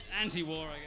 Anti-war